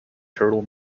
turtle